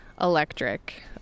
electric